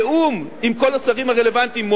בתיאום עם השרים הרלוונטיים,